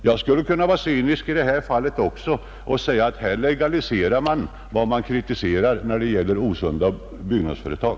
Jag skulle kunna vara cynisk också i detta fall och säga att här legaliserar man vad man kritiserar när det gäller osunda byggnadsföretag.